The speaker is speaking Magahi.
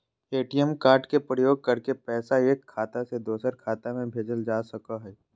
ए.टी.एम कार्ड के प्रयोग करके पैसा एक खाता से दोसर खाता में भेजल जा सको हय